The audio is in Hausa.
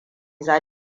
za